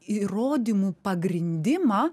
įrodymų pagrindimą